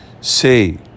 Say